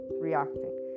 reacting